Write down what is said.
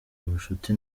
ubushuti